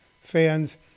fans